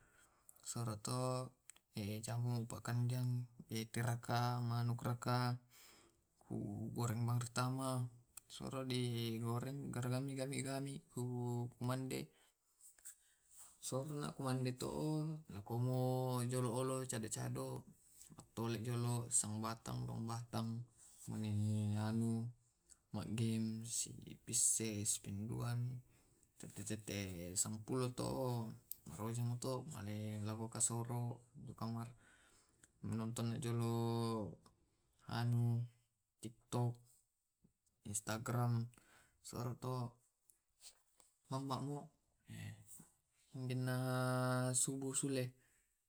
Biasa pake tumai barakna atau apana raka to. Biasa te mamma tangallo biasa napakai tumai sunscreenna. Eke sisidukuka biasa na pakei, ko makalle tu millikmi, millikmimenjoi, kumande atau sarapanni. Na ko tangallomi mai biasa mamma tangallomi mane melli, mani apa najama, tubungi tu biasa mamma ko baine.